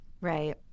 right